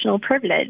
privilege